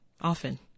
often